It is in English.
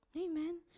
Amen